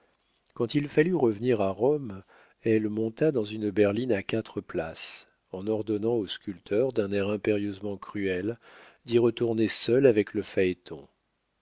quand il fallut revenir à rome elle monta dans une berline à quatre places en ordonnant au sculpteur d'un air impérieusement cruel d'y retourner seul avec le phaéton